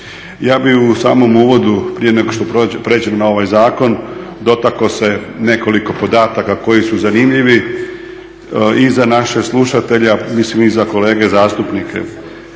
Ja bih u samom uvodu prije nego što pređem na ovaj zakon dotakao se nekoliko podataka koji su zanimljivi i za naše slušatelje, a mislim i za kolege zastupnike.